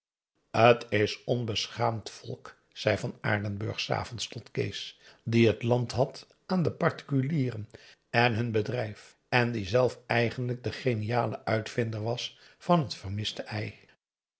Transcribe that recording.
t is onbeschaamd volk zei van aardenburg s avonds tot kees die t land had aan de particulieren en hun bedrijf en die zelf eigenlijk de geniale uitvinder was van het vermiste ei